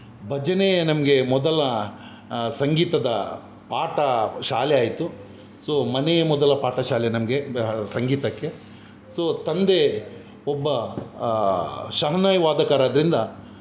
ಭಜನೆಯೇ ನಮಗೆ ಮೊದಲ ಸಂಗೀತದ ಪಾಠ ಶಾಲೆ ಆಯಿತು ಸೊ ಮನೆಯೇ ಮೊದಲ ಪಾಟ ಶಾಲೆ ನಮಗೆ ಸಂಗೀತಕ್ಕೆ ಸೊ ತಂದೆ ಒಬ್ಬ ಶಹನಾಯಿ ವಾದ್ಯಕಾರಾದ್ದರಿಂದ